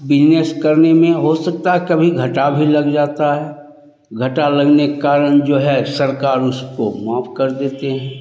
business करने में हो सकता है कभी घटा भी लग जाता है घटा लगने के कारण जो है सरकार उसको माफ कर देते हैं